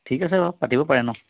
ঠিক আছে বাৰু পাতিব পাৰে ন'